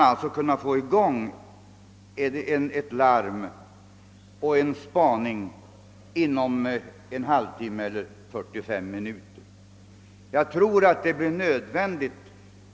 Med ett sådant förfarande skulle larm kunna gå och spaning komma i gång inom en halv timme eller 45 minuter.